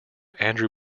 andrew